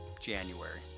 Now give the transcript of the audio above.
January